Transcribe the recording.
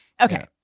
Okay